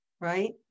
Right